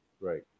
right